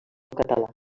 català